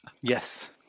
yes